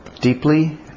deeply